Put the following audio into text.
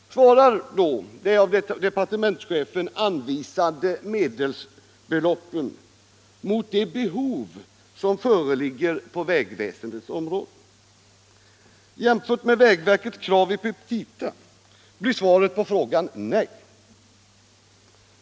Svarar då de av departementschefen anvisade medelsbeloppen mot de behov som föreligger på vägväsendets område? Jämfört med vägverkets krav i petita blir svaret på frågan nej.